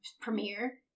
premiere